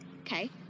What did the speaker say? Okay